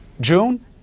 June